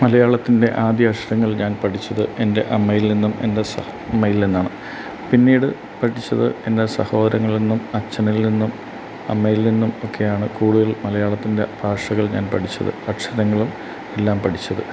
മലയാളത്തിൻ്റെ ആദ്യാക്ഷരങ്ങൾ ഞാൻ പഠിച്ചത് എൻ്റെ അമ്മയിൽ നിന്നും എൻ്റെ സ അമ്മയിൽ നിന്നാണ് പിന്നീട് പഠിച്ചത് എൻ്റെ സഹോദരങ്ങളിൽ നിന്നും അച്ഛനിൽ നിന്നും അമ്മയിൽ നിന്നും ഒക്കെയാണ് കൂടുതൽ മലയാളത്തിൻ്റെ ഭാഷകൾ ഞാൻ പഠിച്ചത് അക്ഷരങ്ങളും എല്ലാം പഠിച്ചത്